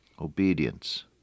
obedience